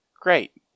great